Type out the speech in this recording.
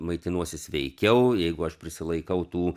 maitinuosi sveikiau jeigu aš prisilaikau tų